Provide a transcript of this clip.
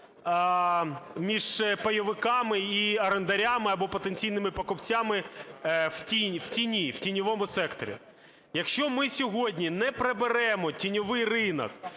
між пайовиками і орендарями або потенційними покупцями в тіні, в тіньовому секторі. Якщо ми сьогодні не приберемо тіньовий ринок